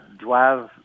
doivent